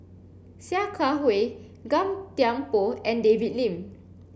Sia Kah Hui Gan Thiam Poh and David Lim